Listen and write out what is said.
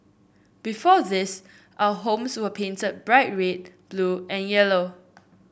before this our homes were painted bright red blue and yellow